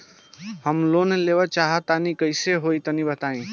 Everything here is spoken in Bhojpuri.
हम लोन लेवल चाहऽ तनि कइसे होई तनि बताई?